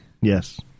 Yes